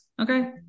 Okay